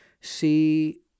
See